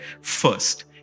First